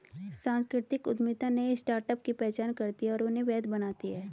सांस्कृतिक उद्यमिता नए स्टार्टअप की पहचान करती है और उन्हें वैध बनाती है